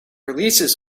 releases